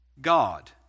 God